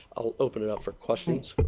i will open it up for questions?